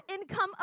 income